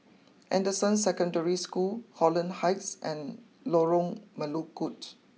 Anderson Secondary School Holland Heights and Lorong Melukut